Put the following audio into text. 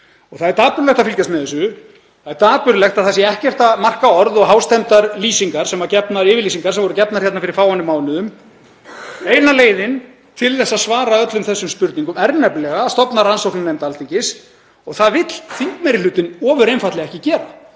Það er dapurlegt að fylgjast með þessu. Það er dapurlegt að það sé ekkert að marka orð og hástemmdar yfirlýsingar sem voru gefnar hérna fyrir fáeinum mánuðum. Eina leiðin til að svara öllum þessum spurningum er nefnilega að stofna rannsóknarnefnd Alþingis og það vill þingmeirihlutinn ofur einfaldlega ekki gera.